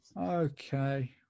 Okay